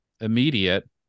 immediate